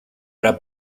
era